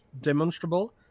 demonstrable